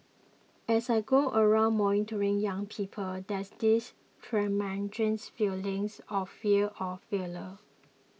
as I go around mentoring young people there's this tremendous feelings of fear of failure